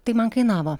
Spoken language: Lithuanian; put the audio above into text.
tai man kainavo